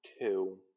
two